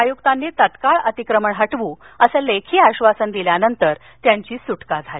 आयुक्तांनी तत्काळ अतिक्रमण हटवू असं लेखी आश्वासन दिल्यानंतर त्यांची सुटका झाली